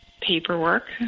paperwork